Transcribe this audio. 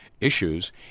issues